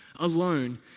alone